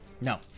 No